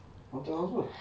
haunted house apa